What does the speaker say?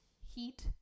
heat